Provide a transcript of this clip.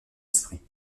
esprit